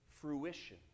fruition